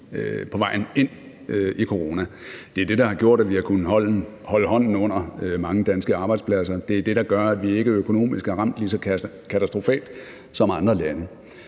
på vejen ind i coronakrisen. Det er det, der har gjort, at vi har kunnet holde hånden under mange danske arbejdspladser; det er det, der gør, at vi ikke økonomisk er ramt lige så katastrofalt som andre lande.